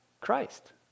Christ